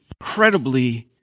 incredibly